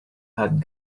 had